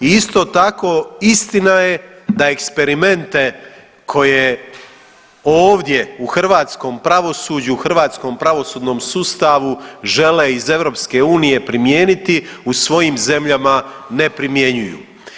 I isto tako istina je da eksperimente koje ovdje u hrvatskom pravosuđu, u hrvatskom pravosudnom sustavu žele iz EU primijeniti u svojim zemljama ne primjenjuju.